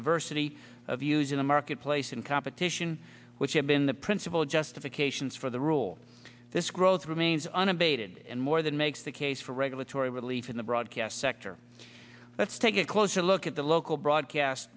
diversity of views in the marketplace and competition which have been the principal justifications for the rule this growth remains unabated and more than makes the case for regulatory relief in the broadcast sector let's take a closer look at the local broadcast